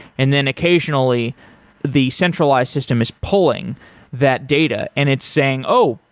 and then occasionally the centralized system is pulling that data and it's saying, oh,